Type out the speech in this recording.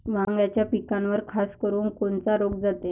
वांग्याच्या पिकावर खासकरुन कोनचा रोग जाते?